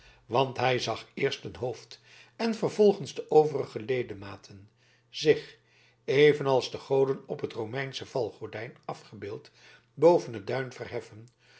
want hij zag eerst een hoofd en vervolgens de overige ledematen zich evenals de goden op het romeinsche valgordijn afgebeeld boven het duin verheffen